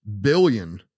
billion